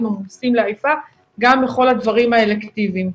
עמוסים לעייפה גם בכל הדברים האלקטיביים.